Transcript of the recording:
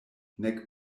nek